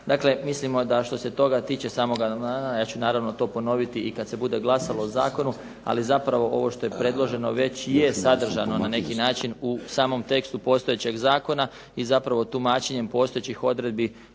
dakle mislimo da što se toga tiče samog amandmana, ja ću naravno to ponoviti i kad se bude glasalo o zakonu, ali zapravo ovo što je predloženo već je sadržano na neki način u samom tekstu postojećeg zakona i zapravo tumačenjem postojećih odredbi